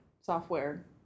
software